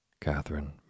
Catherine